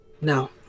No